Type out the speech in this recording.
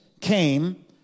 came